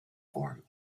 form